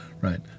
right